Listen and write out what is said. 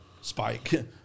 spike